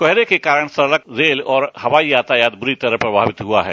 कोहरे के कारण सड़क रेल और हवाई यातायात बुरी तरह प्रभावित हुआ है